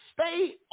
stay